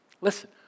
Listen